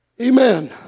Amen